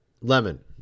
Lemon